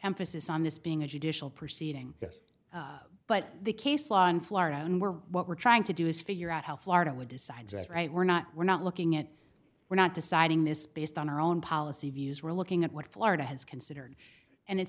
emphasis on this being a judicial proceeding yes but the case law in florida and we're what we're trying to do is figure out how florida law decides that right we're not we're not looking at we're not deciding this based on our own policy views we're looking at what florida has considered and it